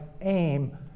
aim